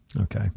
Okay